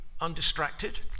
undistracted